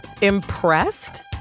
impressed